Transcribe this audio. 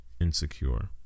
Insecure